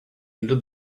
into